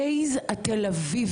גלית, תודה.